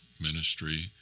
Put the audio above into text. ministry